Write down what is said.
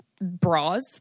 Bras